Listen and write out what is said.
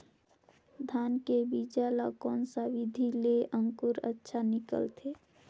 धान के बीजा ला कोन सा विधि ले अंकुर अच्छा निकलथे?